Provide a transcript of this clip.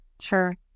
sure